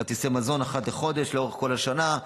או כרטיסי מזון אחת לחודש לאורך כל השנה,